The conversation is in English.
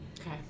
Okay